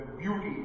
beauty